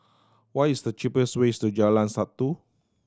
what is the cheap ways to Jalan Satu